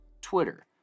Twitter